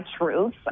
truth